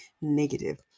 negative